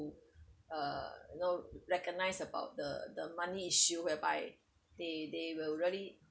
to uh you know recognize about the the money issue whereby they they will really